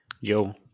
Yo